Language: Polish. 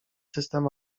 system